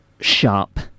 sharp